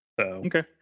Okay